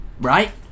Right